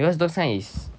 because those kind is